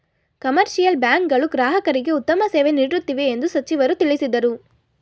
commercial bank ಗಳು ಗ್ರಾಹಕರಿಗೆ ಉತ್ತಮ ಸೇವೆ ನೀಡುತ್ತಿವೆ ಎಂದು ಸಚಿವರು ತಿಳಿಸಿದರು